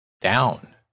down